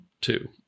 two